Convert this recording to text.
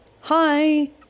hi